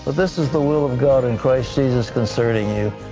this is the will of god in christ jesus concerning you.